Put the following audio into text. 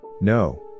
No